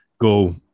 go